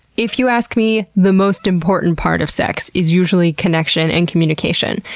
if you ask me, the most important part of sex is usually connection and communication.